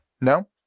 No